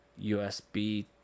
USB